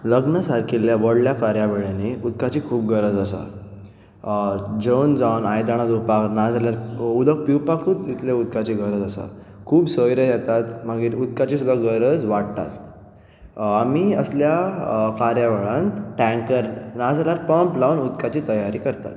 लग्ना सारकिल्ल्या व्हडल्या कार्यावळींनी उदकाची खूब गरज आसा जेवण जावन आयदनां धुवपाक ना जाल्यार उदक पिवपाकूच उदकाची गरज आसा खूब सोयरे येतात मागीर उदकाची गरज वाडटा आमी असल्या कार्यावळांत टॅंकर ना जाल्यार पंप लावन उदकाची तयारी करतात